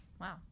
Wow